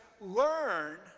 learn